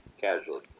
Casually